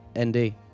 ND